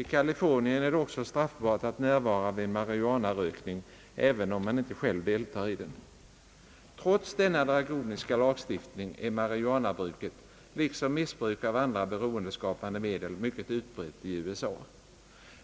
I Kalifornien är det också straffbart att närvara vid marijuanarökning även om man inte själv deltar i den. Trots denna drakoniska lagstiftning är marijuanabruket — liksom missbruk av andra beroendeskapande medel — mycket utbrett i USA.